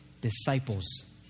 disciples